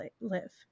live